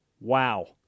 Wow